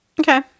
Okay